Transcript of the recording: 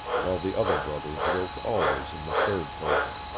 while the other brothers wrote always in the third person.